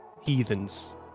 heathens